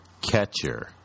catcher